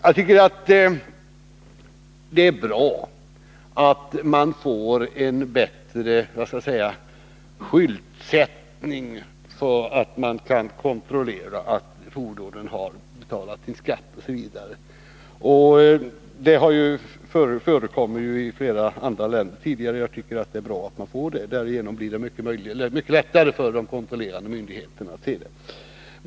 Jag tycker att det är bra att vi får en bättre skyltning av fordonen så att det går att kontrollera att skatten är inbetald osv. Det förekommer i flera andra länder, och jag tycker det är bra att vi får samma princip. Därigenom blir det mycket lättare för de kontrollerande myndigheterna att se om skatt är inbetald.